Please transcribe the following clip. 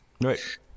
Right